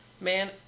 Man